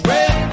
Red